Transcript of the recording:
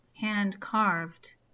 hand-carved